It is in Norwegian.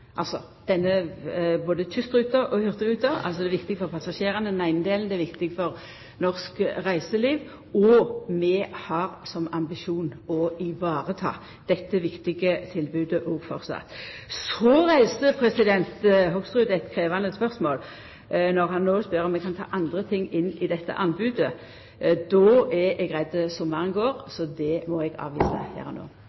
Både kystruta og hurtigruta er viktige for passasjerane, den eine delen er viktig for norsk reiseliv, og vi har som ambisjon å ta vare på dette viktige tilbodet framleis. Så reiser Hoksrud eit krevjande spørsmål, når han no spør om eg kan ta andre ting inn i dette anbodet. Då er eg redd for at sommaren går,